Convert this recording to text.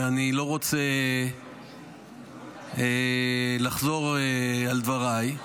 ואני לא רוצה לחזור על דבריי,